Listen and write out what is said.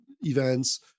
events